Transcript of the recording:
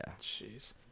Jeez